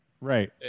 right